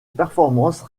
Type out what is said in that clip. performance